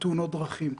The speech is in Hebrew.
תאונות דרכים,